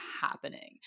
happening